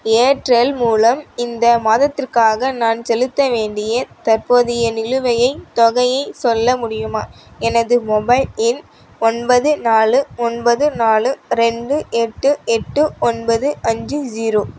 Airtel மூலம் இந்த மாதத்திற்காக நான் செலுத்த வேண்டிய தற்போதைய நிலுவையைத் தொகையை சொல்ல முடியுமா எனது மொபைல் எண் ஒன்பது நாலு ஒன்பது நாலு ரெண்டு எட்டு எட்டு ஒன்பது அஞ்சு ஜீரோ